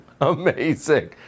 amazing